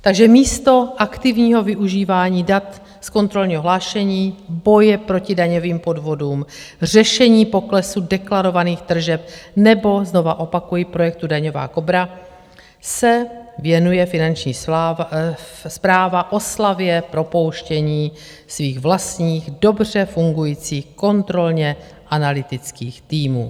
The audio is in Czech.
Takže místo aktivního využívání dat z kontrolního hlášení boje, proti daňovým podvodům, řešení poklesu deklarovaných tržeb, nebo, znovu opakuji, projektu Daňová Kobra se věnuje finanční správa oslavě propouštění svých vlastních dobře fungujících kontrolně analytických týmů.